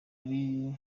ari